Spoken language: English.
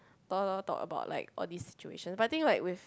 talk talk talk talk talk about like what this situation but the thing like with